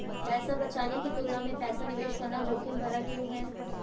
पैसा बचाने की तुलना में पैसा निवेश करना जोखिम भरा क्यों है?